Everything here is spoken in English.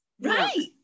Right